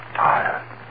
tired